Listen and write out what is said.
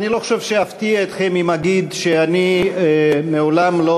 אני לא חושב שאפתיע אתכם אם אגיד שאני מעולם לא